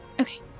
Okay